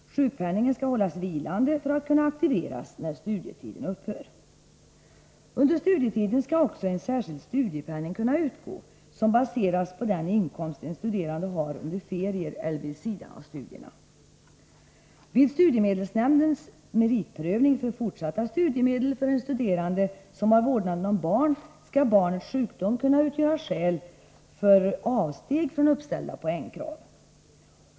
Sjukpenningen skall hållas vilande för att kunna aktiveras när studietiden upphör. Under studietiden skall också en särskild studiepenning kunna utgå, som baseras på den inkomst en studerande har under ferier eller vid sidan av studierna. Vid studiemedelsnämndens meritprövning för fortsatta studiemedel för en studerande, som har vårdnaden om barn, skall barnets sjukdom kunna utgöra skäl för avsteg från uppställda poängkrav.